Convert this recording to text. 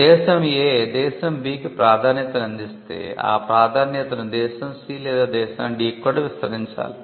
దేశం A దేశం B కి ప్రాధాన్యతను అందిస్తే ఆ ప్రాధాన్యతను దేశం C లేదా దేశం D కి కూడా విస్తరించాలి